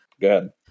good